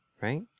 right